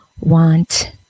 want